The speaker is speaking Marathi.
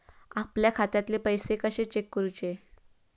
आपल्या खात्यातले पैसे कशे चेक करुचे?